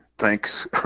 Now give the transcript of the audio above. Thanks